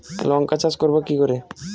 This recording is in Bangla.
লঙ্কা চাষ করব কি করে?